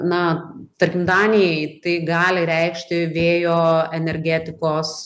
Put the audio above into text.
na tarkim danijai tai gali reikšti vėjo energetikos